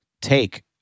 take